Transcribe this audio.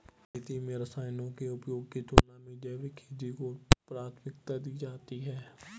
खेती में रसायनों के उपयोग की तुलना में जैविक खेती को प्राथमिकता दी जाती है